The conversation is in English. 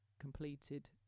completed